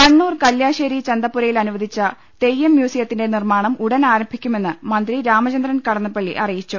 കണ്ണൂർ കല്ല്യാശ്ശേരി ചന്തപ്പുരയിൽ അനുവദിച്ച തെയ്യം മ്യൂസിയത്തിന്റെ നിർമ്മാണം ഉടൻ ആരംഭിക്കുമെന്ന് മന്ത്രി രാമചന്ദ്രൻ കടന്നപ്പളളി അറിയിച്ചു